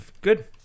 Good